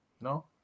No